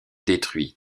détruits